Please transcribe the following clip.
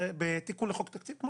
את זה בתיקון לחוק התקציב או